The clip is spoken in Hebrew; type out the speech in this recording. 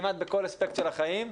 כמעט בכל אספקט של החיים.